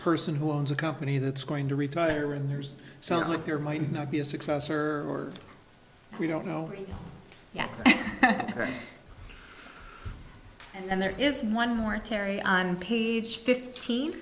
person who owns a company that's going to retire and there's something there might not be a successor or we don't know yet and there is one more terry on page fifteen